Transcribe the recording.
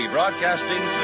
Broadcasting